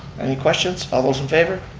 any questions? all those in favor?